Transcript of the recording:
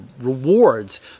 rewards